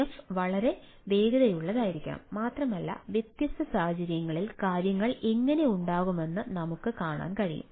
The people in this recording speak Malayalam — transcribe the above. എഫ് വളരെ വേഗതയുള്ളതായിരിക്കണം മാത്രമല്ല വ്യത്യസ്ത സാഹചര്യങ്ങളിൽ കാര്യങ്ങൾ എങ്ങനെ ഉണ്ടാകുമെന്ന് നമുക്ക് കാണാൻ കഴിയും